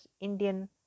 Indian